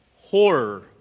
horror